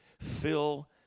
fill